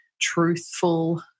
truthful